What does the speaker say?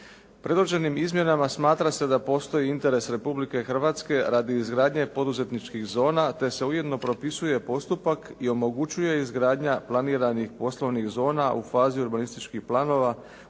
Predloženim izmjenama smatra se da postoji interes Republike Hrvatske radi izgradnje poduzetničkih zona ate se ujedno propisuje postupak i omogućuje izgradnja planiranih poslovnih zona u fazi urbanističkih planova,